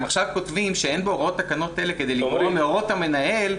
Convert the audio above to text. אם עכשיו כותבים שאין בהוראות תקנות אלה כדי לפגוע בהוראות המנהל,